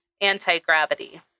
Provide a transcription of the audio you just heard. anti-gravity